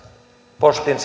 postin